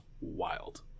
wild